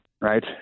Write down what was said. right